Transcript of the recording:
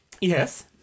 Yes